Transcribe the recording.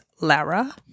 Lara